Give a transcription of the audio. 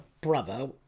brother